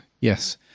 yes